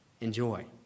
Enjoy